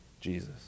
Jesus